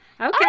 Okay